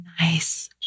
Nice